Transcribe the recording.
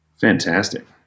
Fantastic